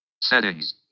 Settings